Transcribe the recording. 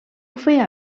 feia